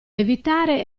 evitare